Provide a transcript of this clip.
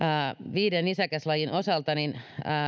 viiden nisäkäslajin osalta niin